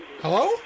Hello